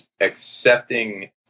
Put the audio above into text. accepting